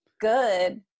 good